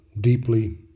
deeply